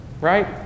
right